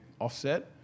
offset